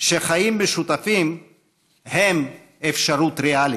שחיים משותפים הם אפשרות ריאלית.